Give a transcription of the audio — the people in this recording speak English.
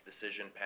decision